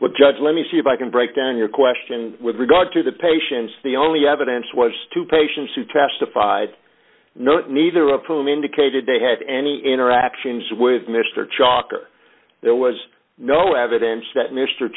with judge let me see if i can break down your question with regard to the patients the only evidence was two patients who testified neither of whom indicated they had any interactions with mr chalker there was no evidence that mr